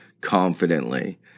confidently